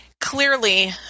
clearly